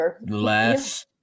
last